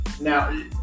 Now